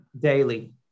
Daily